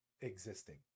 existing